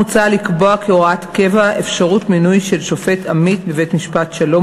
מוצע לקבוע כהוראת קבע אפשרות מינוי של שופט עמית בבית-משפט שלום